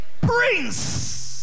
Prince